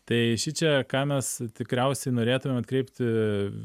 tai šičia ką mes tikriausiai norėtumėm atkreipti